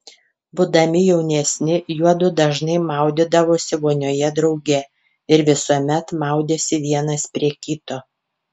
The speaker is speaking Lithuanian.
būdami jaunesni juodu dažnai maudydavosi vonioje drauge ir visuomet maudėsi vienas prie kito